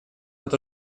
вот